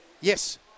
Yes